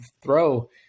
throw